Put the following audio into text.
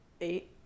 eight